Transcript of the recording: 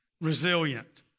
resilient